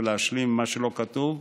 ולהשלים את מה שלא כתוב,